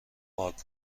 پارک